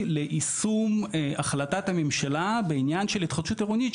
ליישום החלטת הממשלה בעניין של התחדשות עירונית.